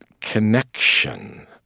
connection